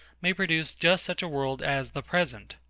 may produce just such a world as the present.